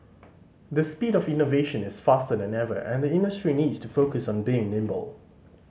the speed of innovation is faster than ever and the industry needs to focus on being nimble